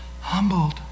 humbled